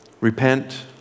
repent